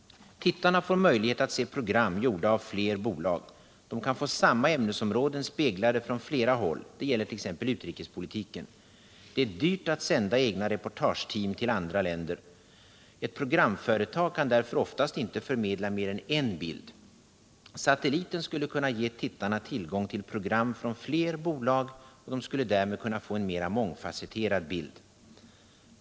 Tittarna får möjlighet att se program gjorda av fler bolag. De kan få samma ämnesområden speglade från flera håll. Detta gäller t.ex. utrikespolitiken. Det är dyrt att sända egna reportageteam till andra länder. Ett programföretag kan därför oftast inte förmedla mer än en bild. Den nordiska TV-satelliten skulle ge tittarna tillgång till program från flera bolag, och de skulle därmed kunna få en mer mångfasetterad bild.